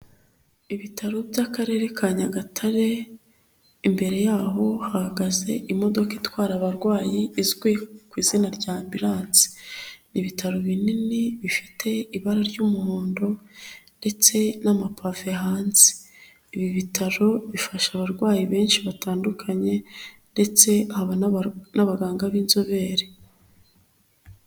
Ibitaro by'akarere ka Nyagatare, imbere yaho hahagaze imodoka itwara abarwayi izwi ku izina ry'ambiranse, ibitaro binini bifite ibara ry'umuhondo ndetse n'amapave hanze, ibi bitaro bifasha abarwayi benshi batandukanye ndetse n'abaganga b'inzobere.